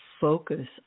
focus